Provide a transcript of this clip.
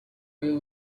will